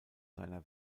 seiner